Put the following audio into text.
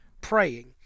praying